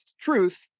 truth